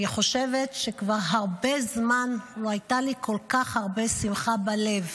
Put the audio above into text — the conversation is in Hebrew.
אני חושבת שכבר הרבה זמן לא הייתה לי כל כך הרבה שמחה בלב.